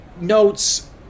notes